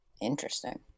Interesting